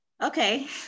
Okay